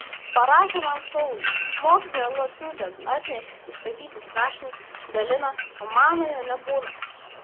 parašė man saulius mokytoja lauciūtė atneša ištaisytus rašinius dalina o manojo nebūna